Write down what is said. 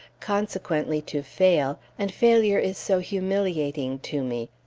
consequently to fail, and failure is so humiliating to me.